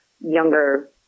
younger